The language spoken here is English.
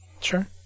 sure